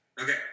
Okay